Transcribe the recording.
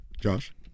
Josh